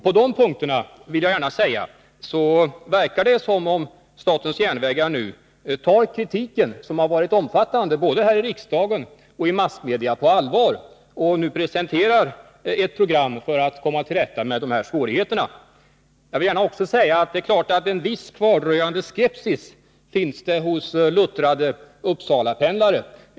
På de punkterna — det vill jag gärna säga — verkar det som om statens järnvägar nu tar kritiken, som varit omfattande, både här i riksdagen och i massmedia, på allvar genom att presentera ett program för att komma till rätta med svårigheterna. Det är klart att det finns en viss kvardröjande skepsis hos luttrade Uppsalapendlare.